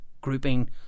grouping